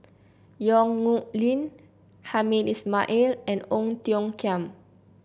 Yong Nyuk Lin Hamed Ismail and Ong Tiong Khiam